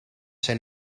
zijn